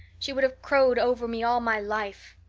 she would have crowed over me all my life.